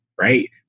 Right